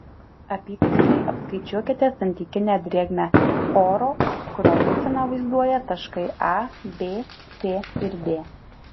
apytiksliai apskaičiuokite santykinę drėgmę oro kurio būseną vaizduoja taškai a b c ir d